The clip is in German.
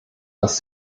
was